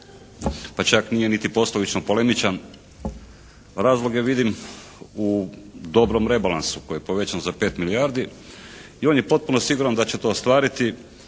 pa čak nije niti poslovično polemičan, a razlog je vidim u dobrom rebalansu koji je povećan za 5 milijardi i on je potpuno siguran da će to ostvariti